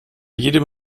jedem